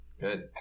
Good